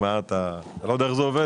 אתה לא יודע איך זה עובד?